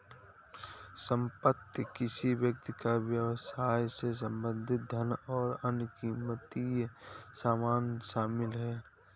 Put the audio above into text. संपत्ति किसी व्यक्ति या व्यवसाय से संबंधित धन और अन्य क़ीमती सामान शामिल हैं